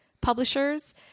publishers